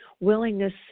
willingness